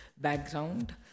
background